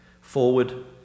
forward